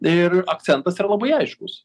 ir akcentas yra labai aiškus